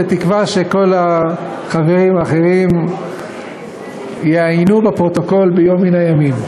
בתקווה שכל החברים האחרים יעיינו בפרוטוקול ביום מן הימים.